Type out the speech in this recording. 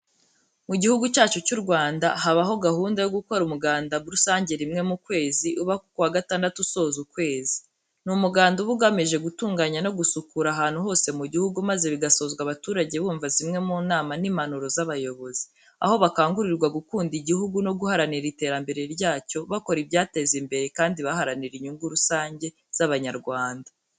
Mu gihugu cyacu cy'u Rwanda habaho gahunda yo gukora umuganda rusange rimwe mu kwezi uba ku wa gatandatu usoza ukwezi. Ni umuganda uba ugamije gutunganya no gusukura ahantu hose mu gihugu maze bigasozwa abaturage bumva zimwe mu nama n'impanuro z'abayobozi, aho bakangurirwa gukunda igihugu no guharanira iterambere ryacyo bakora ibyagiteza imbere kandi baharanira inyungu rusange z'Abanyarwanda.